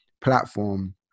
platform